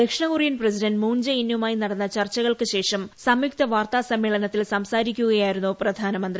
ദക്ഷിണ Korean president Moon Jae ഇന്നുമായി നടന്ന ചർച്ചകൾക്ക് ശേഷം സംയുക്ത വാർത്താ സമ്മേളനത്തിൽ സംസാരിക്കുകയായിരുന്നു പ്രധാനമന്ത്രി